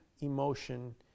emotion